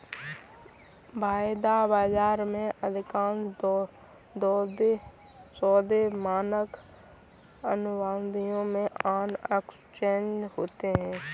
वायदा बाजार में, अधिकांश सौदे मानक अनुबंधों में ऑन एक्सचेंज होते हैं